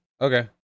okay